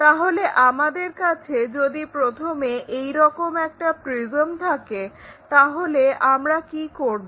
তাহলে আমাদের কাছে যদি প্রথমে এইরকম একটা প্রিজম থাকে তাহলে আমরা কি করব